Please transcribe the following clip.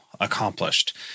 accomplished